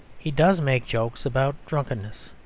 he does make jokes about drunkenness,